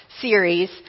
series